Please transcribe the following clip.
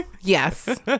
yes